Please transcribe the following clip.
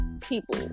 people